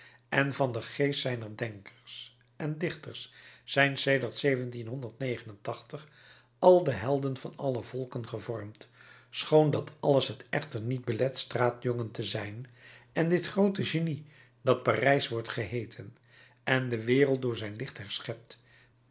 en van den geest zijner denkers en dichters zijn sedert al de helden van alle volken gevormd schoon dat alles het echter niet belet straatjongen te zijn en dit groot genie dat parijs wordt geheeten en de wereld door zijn licht herschept